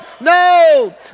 No